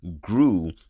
grew